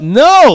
no